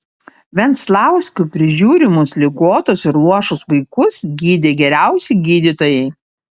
venclauskių prižiūrimus ligotus ar luošus vaikus gydė geriausi gydytojai